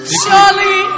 surely